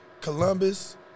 Columbus